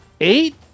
eight